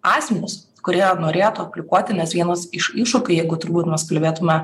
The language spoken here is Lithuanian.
asmenis kurie norėtų aplikuoti nes vienas iš iššūkių jeigu turbūt mes kalbėtume